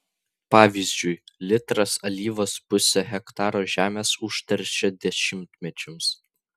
pavyzdžiui litras alyvos pusę hektaro žemės užteršia dešimtmečiams